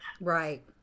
Right